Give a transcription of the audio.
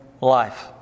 life